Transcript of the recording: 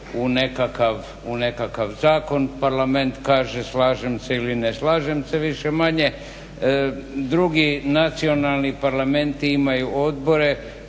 u nekakav zakon, parlament kaže slažem se ili ne slažem se. Više-manje drugi nacionalni parlamenti imaju odbore